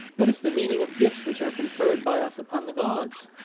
what is the meaning of gifts which are conferred by us upon the gods?